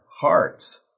hearts